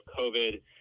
COVID